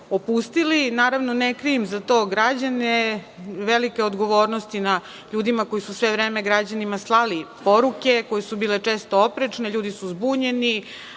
opustili. Naravno, ne krivim za to građane, velika je odgovornost na ljudima koji su sve vreme građanima slali poruke, koje su bile često oprečne. Ljudi su zbunjeni,